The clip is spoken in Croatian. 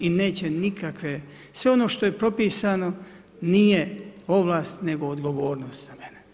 I neće nikakve, sve ono što je propisano nije ovlast nego odgovornost za mene.